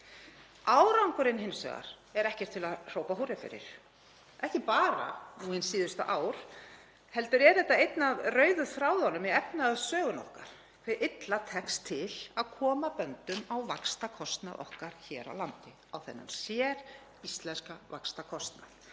Árangurinn hins vegar er ekkert til að hrópa húrra fyrir, ekki bara nú hin síðustu ár heldur er þetta einn af rauðu þráðunum í efnahagssögu okkar hve illa tekst að koma böndum á vaxtakostnað okkar hér á landi, á þennan séríslenska vaxtakostnað.